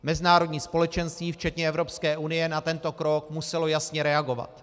Mezinárodní společenství včetně Evropské unie na tento krok muselo jasně reagovat.